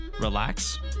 Relax